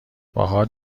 باهات